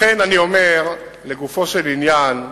לכן, לגופו של עניין,